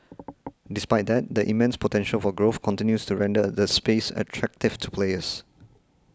despite that the immense potential for growth continues to render the space attractive to players